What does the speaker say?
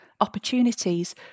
opportunities